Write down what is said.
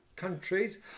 countries